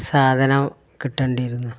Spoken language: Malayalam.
സാധനം കിട്ടേണ്ടിയിരുന്നു